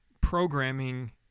programming